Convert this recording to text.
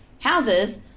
houses